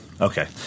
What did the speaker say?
Okay